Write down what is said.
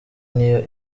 niyo